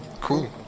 cool